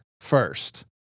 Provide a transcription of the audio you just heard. first